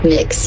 Mix